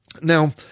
Now